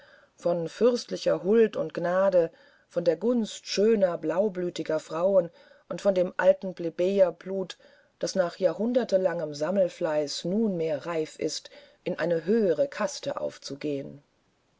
von fürstlicher huld und gnade von der gunst schöner blaublütiger frauen und von dem alten plebejerblut das nach jahrhundertelangem sammelfleiß nunmehr reif sei in einer höheren kaste aufzugehen